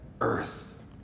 earth